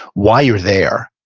why you're there,